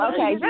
Okay